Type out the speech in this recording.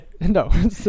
No